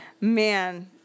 man